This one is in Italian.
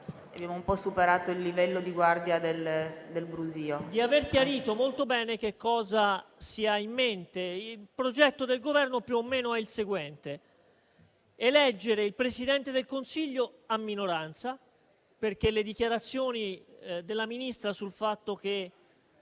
abbiamo un po' superato il livello di guardia del brusio. PARRINI *(PD-IDP)*. ...di aver chiarito molto bene che cosa si ha in mente. Il progetto del Governo più o meno è il seguente: eleggere il Presidente del Consiglio a minoranza - le dichiarazioni della Ministra sul fatto che